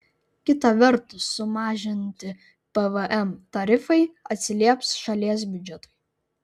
kita vertus sumažinti pvm tarifai atsilieps šalies biudžetui